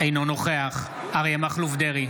אינו נוכח אריה מכלוף דרעי,